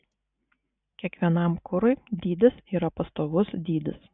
kiekvienam kurui dydis yra pastovus dydis